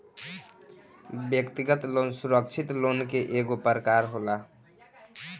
व्यक्तिगत लोन सुरक्षित लोन के एगो प्रकार होला